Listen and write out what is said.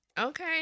Okay